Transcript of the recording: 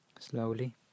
slowly